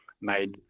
made